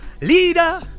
leader